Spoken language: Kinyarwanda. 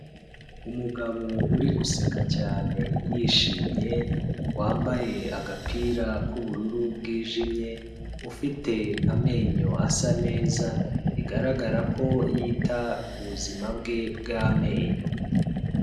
Umugabo uri guseka cyane yishimye, wambaye agapira k'ubururu bwijimye, ufite amenyo asa neza bigaragara ko yita ku buzima bwe bw'amenyo.